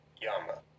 Yama